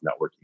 networking